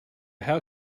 how